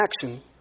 action